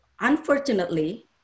Unfortunately